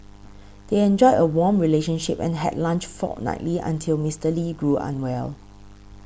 they enjoyed a warm relationship and had lunch fortnightly until Mister Lee grew unwell